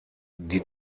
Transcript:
die